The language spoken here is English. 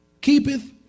Keepeth